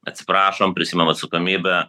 atsiprašom prisiimam atsakomybę